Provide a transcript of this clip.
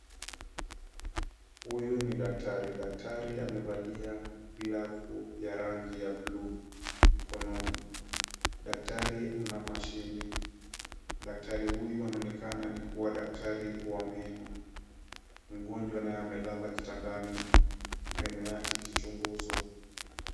Huyu ni daktari. Daktari amevalia glavu ya rangi ya buluu mkononi. Daktari ana mashini . Daktari huyu anaonekana ni kuwa daktari wa meno. Mgonjwa naye amelala kitandani meno yake ikichunguzwa.